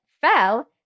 fell